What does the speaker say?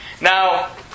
Now